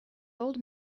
old